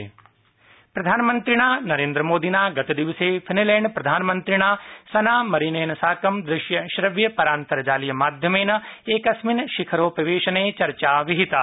Bharata Finland प्रधानमन्त्रिणा नरेन्द्रमोदिनागतदिवसे फिनलैण्डप्रधानमन्त्रिणा सना मरीनेन साकं दृश्यश्रव्य परान्तर्जालीय माध्यमेन एकस्मिन् शिखरोपवेशने चर्चा विहिता